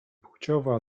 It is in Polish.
płciowa